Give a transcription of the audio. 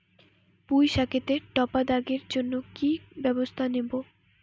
পুই শাকেতে টপা দাগের জন্য কি ব্যবস্থা নেব?